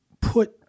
put